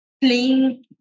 playing